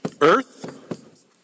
Earth